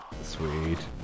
Sweet